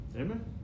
Amen